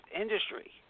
industry